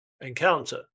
encounter